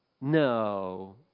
No